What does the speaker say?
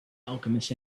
alchemist